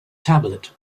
tablet